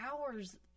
hours